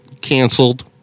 canceled